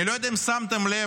אני לא יודע אם שמתם לב,